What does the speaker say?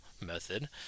method